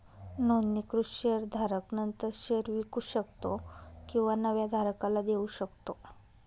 नोंदणीकृत शेअर धारक नंतर शेअर विकू शकतो किंवा नव्या धारकाला देऊ शकतो